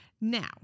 Now